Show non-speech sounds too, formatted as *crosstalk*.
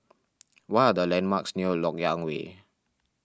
*noise* what are the landmarks near Lok Yang Way